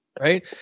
Right